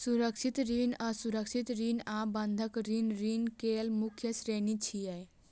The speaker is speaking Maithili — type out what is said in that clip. सुरक्षित ऋण, असुरक्षित ऋण आ बंधक ऋण ऋण केर मुख्य श्रेणी छियै